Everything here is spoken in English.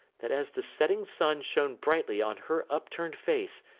that as the setting sun shone brightly on her upturned face,